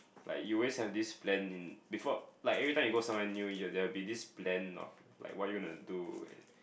like you always have this plan in before like every time you go somewhere new you'll there will be this plan of like what you're gonna do and